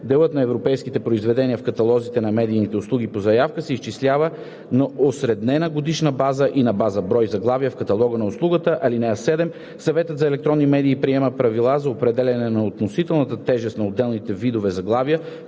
Делът на европейските произведения в каталозите на медийните услуги по заявка се изчислява на осреднена годишна база и на база брой заглавия в каталога на услугата. (7) Съветът за електронни медии приема правила за определяне на относителната тежест на отделните видове заглавия